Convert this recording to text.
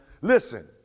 listen